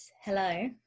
hello